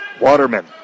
Waterman